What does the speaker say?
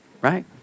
Right